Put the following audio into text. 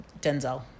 Denzel